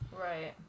Right